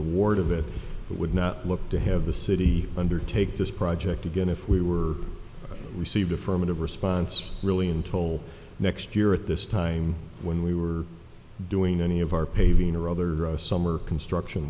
award of it would not look to have the city undertake this project again if we were received affirmative response really in toll next year at this time when we were doing any of our paving or other summer construction